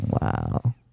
Wow